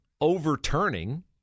overturning